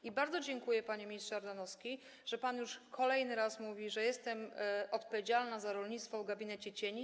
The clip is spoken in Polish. I bardzo dziękuję, panie ministrze Ardanowski, że pan już kolejny raz mówi, że jestem odpowiedzialna za rolnictwo w gabinecie cieni.